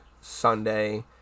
Sunday